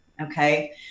okay